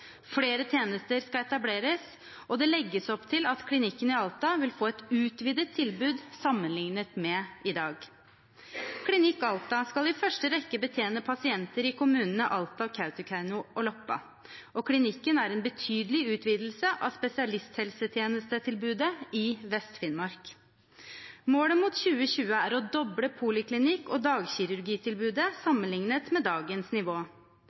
Flere tjenester skal etableres, og det legges opp til at klinikken i Alta vil få et utvidet tilbud, sammenlignet med i dag. Klinikk Alta skal i første rekke betjene pasienter i kommunene Alta, Kautokeino og Loppa, og klinikken er en betydelig utvidelse av spesialisthelsetjenestetilbudet i Vest-Finnmark: Målet mot 2020 er å doble poliklinikk- og dagkirurgitilbudet sammenlignet med dagens nivå.